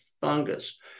fungus